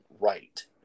right